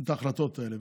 את ההחלטות האלה.